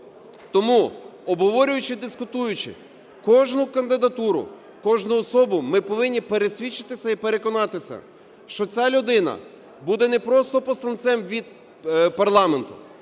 Тому, обговорюючи і дискутуючи кожну кандидатуру, кожну особу ми повинні пересвідчитися і переконатися, що ця людина буде не просто посланцем від парламенту,